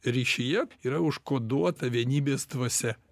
ryšyje yra užkoduota vienybės dvasia